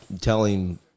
telling